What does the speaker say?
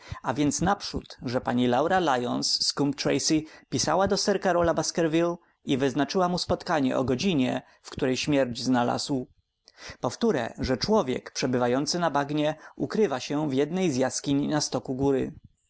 a więc naprzód że pani laura lyons z coombe tracey pisała do sir karola baskerville i wyznaczyła mu spotkanie o godzinie w której śmierć znalazł powtóre że człowiek przebywający na bagnie ukrywa się w jednej z jaskiń na stoku góry